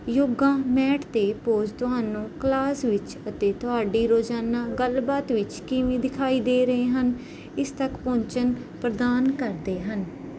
yoga mat ਦੇ pose ਤੁਹਾਨੂੰ class ਵਿੱਚ ਅਤੇ ਤੁਹਾਡੀ ਰੋਜ਼ਾਨਾ ਗੱਲਬਾਤ ਵਿੱਚ ਕਿਵੇਂ ਦਿਖਾਈ ਦੇ ਰਹੇ ਹਨ ਇਸ ਤੱਕ ਪਹੁੰਚਣ ਪ੍ਰਦਾਨ ਕਰਦੇ ਹਨ